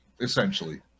essentially